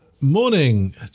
Morning